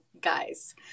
guys